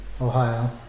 Ohio